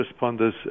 responders